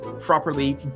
properly